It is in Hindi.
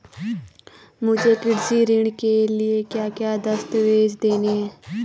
मुझे कृषि ऋण के लिए क्या क्या दस्तावेज़ देने हैं?